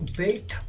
wait